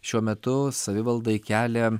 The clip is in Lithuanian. šiuo metu savivaldai kelia